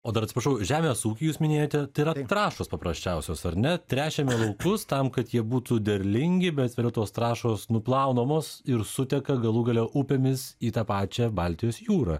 o dar atsiprašau žemės ūkį jūs minėjote tai yra trąšos paprasčiausios ar ne tręšiame laukus tam kad jie būtų derlingi bet vėliau tos trąšos nuplaunamos ir suteka galų gale upėmis į tą pačią baltijos jūrą